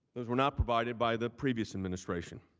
were not provided by the previous administration.